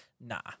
nah